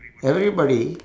everybody